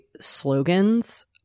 slogans